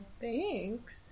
thanks